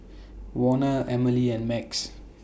Warner Emily and Max